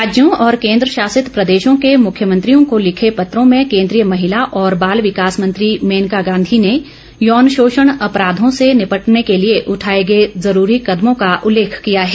राज्यों और केन्द्र शासित प्रदेशों के मुख्यमंत्रियों को लिखे पत्रों में केंद्रीय महिला और बाल विकास मंत्री मेनका गांधी ने यौन शोषण अपराधों से निपटने के लिए उठाये गये जरूरी कदमों का उल्लेख किया है